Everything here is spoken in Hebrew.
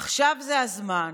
עכשיו זה הזמן,